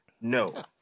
No